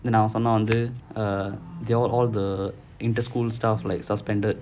then அவன் சொன்னான் வந்து:avan sonnaan vanthu err they all the inter school stuff like suspended